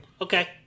Okay